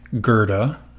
Gerda